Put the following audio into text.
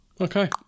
Okay